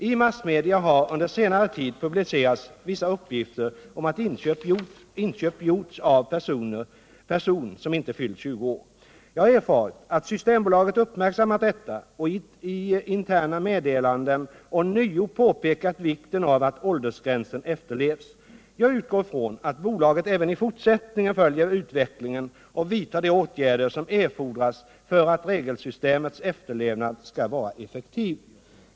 I massmedia har under senare tid publicerats vissa uppgifter om att inköp gjorts av person som inte fyllt 20 år. Jag har erfarit att systembolaget uppmärksammat detta och i interna meddelanden ånyo påpekat vikten av att åldersgränsen efterlevs. Jag utgår från att bolaget även i fortsättningen följer utvecklingen och vidtar de åtgärder som erfordras för att regelsystemets efterlevnad skall vara effektiv.